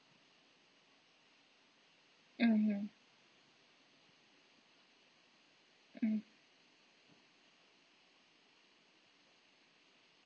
mmhmm mm